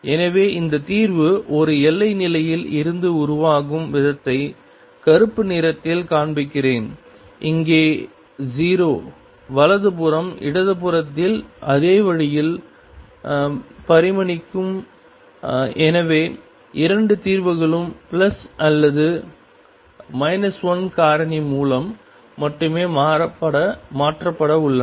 எனவே இந்த தீர்வு ஒரு எல்லை நிலையில் இருந்து உருவாகும் விதத்தை கருப்பு நிறத்தில் காண்பிக்கிறேன் இங்கே 0 வலது புறம் இடது புறத்தில் அதே வழியில் பரிணமிக்கும் எனவே இரண்டு தீர்வுகளும் அல்லது 1 காரணி மூலம் மட்டுமே மாற்றப்பட உள்ளன